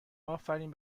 آفرین